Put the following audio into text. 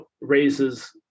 raises